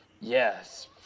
yes